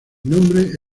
nombre